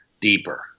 deeper